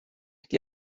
die